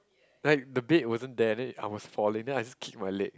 like the bed wasn't there then I was falling then I just kick my leg